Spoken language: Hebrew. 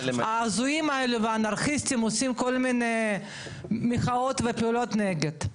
ההזויים האלה והאנרכיסטים עושים כל מיני מחאות ופעולות נגד.